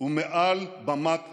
ומעל במת התקשורת.